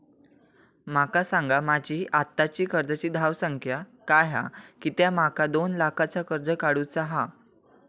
माका सांगा माझी आत्ताची कर्जाची धावसंख्या काय हा कित्या माका दोन लाखाचा कर्ज काढू चा हा?